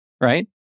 right